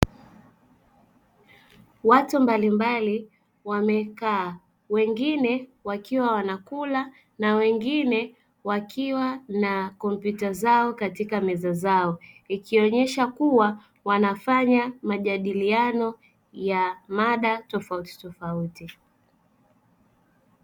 Watu mbalimbali wamekaa, wengine wakiwa wanakula na wengine wakiwa na kompyuta zao katika meza zao ikionyesha kuwa wanafanya majadiliano ya mada tofauti tofauti.